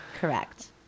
Correct